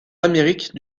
amérique